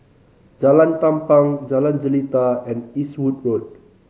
Jalan Tampang Jalan Jelita and Eastwood Road